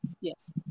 Yes